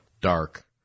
dark